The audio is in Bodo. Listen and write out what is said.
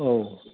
औ